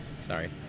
Sorry